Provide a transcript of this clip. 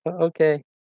okay